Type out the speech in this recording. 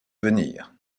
venir